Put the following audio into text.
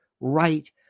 right